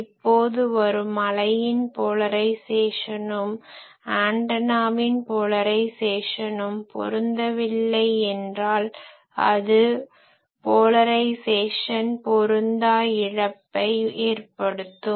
இப்போது வரும் அலையின் போலரைஸேசனும் ஆன்டனாவின் போலரைஸேசனும் பொருந்தவில்லை என்றால் அது போலரைஸேசன் பொருந்தா இழப்பை ஏற்படுத்தும்